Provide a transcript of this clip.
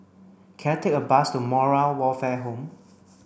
can I take a bus to Moral Welfare Home